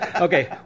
Okay